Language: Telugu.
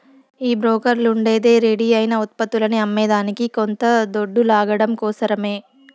ఈ బోకర్లుండేదే రెడీ అయిన ఉత్పత్తులని అమ్మేదానికి కొంత దొడ్డు లాగడం కోసరమే